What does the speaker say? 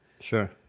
Sure